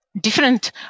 different